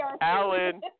alan